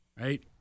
Right